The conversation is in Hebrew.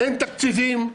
אין תקציבים.